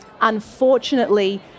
unfortunately